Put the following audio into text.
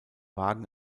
wagen